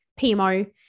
PMO